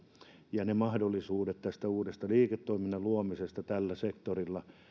ja mahdollisuudet uuden liiketoiminnan luomisesta tällä sektorilla